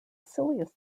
silliest